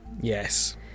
Yes